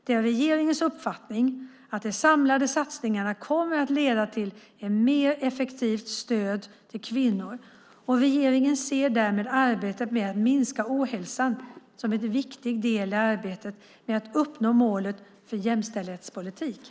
Det är regeringens uppfattning att de samlade satsningarna kommer att leda till ett mer effektivt stöd till kvinnor, och regeringen ser därmed arbetet med att minska ohälsan som en viktig del i arbetet med att uppnå målet för jämställdhetspolitiken.